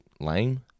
lame